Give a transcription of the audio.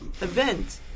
event